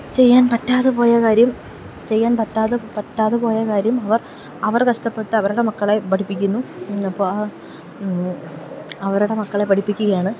ചെയ്യാൻ പറ്റാതെ പോയ കാര്യം ചെയ്യാൻ പറ്റാതെ പറ്റാതെ പോയ കാര്യം അവർ അവർ കഷ്ടപ്പെട്ട് അവരുടെ മക്കളെ പഠിപ്പിക്കുന്നു അപ്പോഴാ അവരുടെ മക്കളെ പഠിപ്പിക്കുകയാണ്